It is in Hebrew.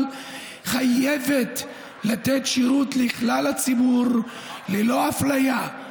חייבת לתת שירות לכלל הציבור ללא אפליה,